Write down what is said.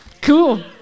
Cool